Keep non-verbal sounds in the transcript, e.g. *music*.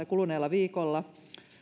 *unintelligible* kuluneella viikolla